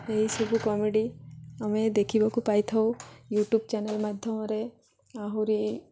ଏହିଇସବୁ comedy ଆମେ ଦେଖିବାକୁ ପାଇଥାଉ ୟୁଟ୍ୟୁବ୍ ଚ୍ୟାନେଲ୍ ମାଧ୍ୟମରେ ଆହୁରି